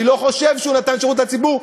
אני לא חושב שהוא נתן שירות לציבור,